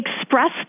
expressed